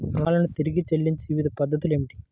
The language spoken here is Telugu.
రుణాలను తిరిగి చెల్లించే వివిధ పద్ధతులు ఏమిటి?